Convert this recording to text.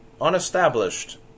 Unestablished